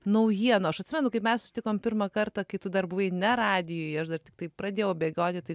naujienų aš atsimenu kaip mes susitikom pirmą kartą kai tu dar buvai ne radijuje aš dar tiktai pradėjau bėgioti tai